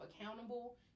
accountable